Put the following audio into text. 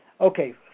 Okay